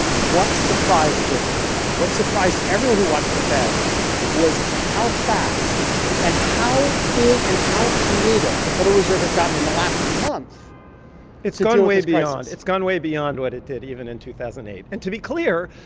what surprised jacob and i, what surprised everyone who watched the fed was how fast and how big and how creative the federal reserve has gotten in the last month it's gone way beyond. it's gone way beyond what it did even in two thousand and eight. and to be clear,